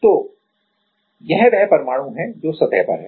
तो यह वह परमाणु है जो सतह पर है